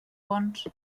bons